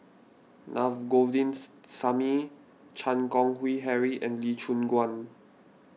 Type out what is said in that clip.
Na Govindasamy Chan Keng Howe Harry and Lee Choon Guan